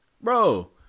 Bro